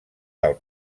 del